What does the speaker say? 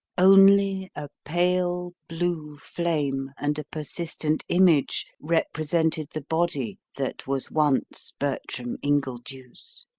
only a pale blue flame and a persistent image represented the body that was once bertram ingledew's.